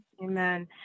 Amen